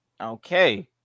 okay